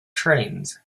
trains